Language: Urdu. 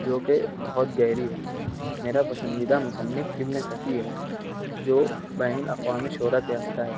جو کہ بہت گہری ہو میرا پسندیدہ مصنف ابن صفی ہے جو بین الاقوامی شہرت یافتہ ہے